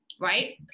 Right